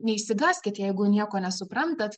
neišsigąskit jeigu nieko nesuprantat